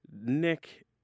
Nick